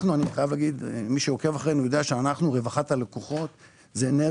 אני חייב לומר שמי שעוקב אחרינו יודע שרווחת הלקוחות היא נר